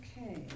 Okay